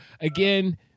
again